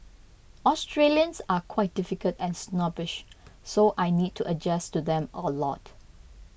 Australians are quite difficult and snobbish so I need to adjust to them a lot